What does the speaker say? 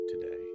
today